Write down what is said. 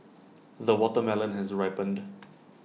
the watermelon has ripened